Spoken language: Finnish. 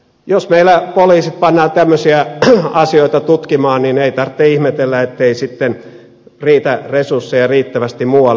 jos meillä poliisit pannaan tämmöisiä asioita tutkimaan niin ei tarvitse ihmetellä ettei sitten riitä resursseja riittävästi muualle